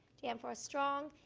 danforth strong.